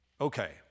Okay